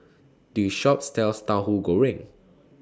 This Shop sells Tauhu Goreng